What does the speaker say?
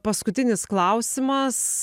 paskutinis klausimas